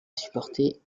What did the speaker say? supporter